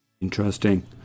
Interesting